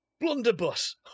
blunderbuss